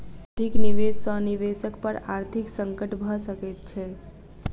अधिक निवेश सॅ निवेशक पर आर्थिक संकट भ सकैत छै